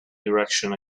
direction